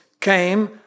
came